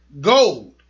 Gold